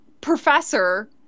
professor